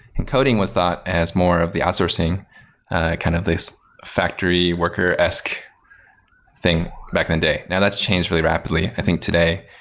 and coding was thought as more of the outsourcing kind of this factory worker esque thing back in the and day. now, that's changed really rapidly. i think, today,